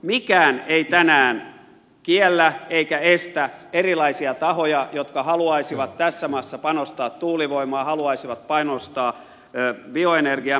mikään ei tänään kiellä eikä estä panostamasta erilaisia tahoja jotka haluaisivat tässä maassa panostaa tuulivoimaan haluaisivat panostaa bioenergiaan